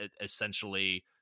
essentially